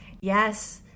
Yes